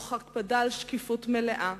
תוך הקפדה על שקיפות מלאה,